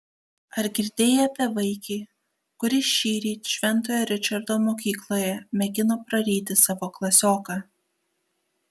ar girdėjai apie vaikį kuris šįryt šventojo ričardo mokykloje mėgino praryti savo klasioką